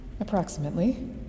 Approximately